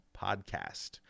podcast